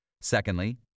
Secondly